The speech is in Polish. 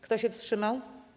Kto się wstrzymał?